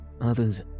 others